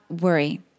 worry